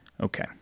Okay